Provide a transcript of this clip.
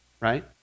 Right